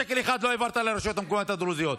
שקל אחד אתה לא העברת לרשויות המקומיות הדרוזיות.